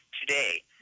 today